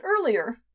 earlier